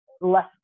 Less